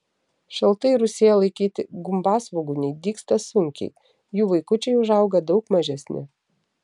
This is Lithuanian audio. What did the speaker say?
šaltai rūsyje laikyti gumbasvogūniai dygsta sunkiai jų vaikučiai užauga daug mažesni